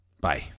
Bye